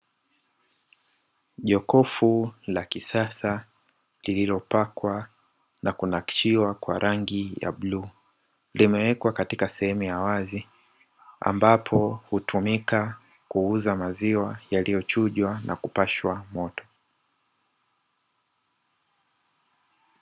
Jokofu la kisasa lililopakwa na kunakshiwa kwa rangi ya bluu limewekwa katika sehemu ya wazi, ambapo hutumika kuuza maziwa yaliyochujwa na kupashwa moto.